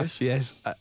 yes